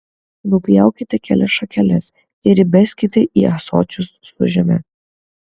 nupjaukite kelias šakeles ir įbeskite į ąsočius su žeme